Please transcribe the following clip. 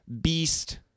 beast